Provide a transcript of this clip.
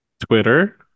twitter